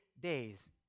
days